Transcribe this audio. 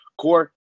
Core